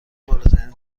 بالاترین